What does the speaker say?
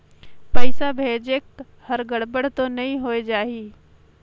पइसा भेजेक हर गड़बड़ तो नि होए जाही?